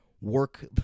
work